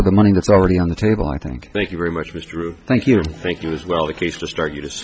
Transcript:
for the money that's already on the table i think thank you very much mr thank you thank you as well the case to start you just